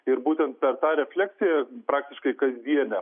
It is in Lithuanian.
ir būtent per tą refleksiją praktiškai kasdienę